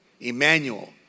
Emmanuel